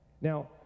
Now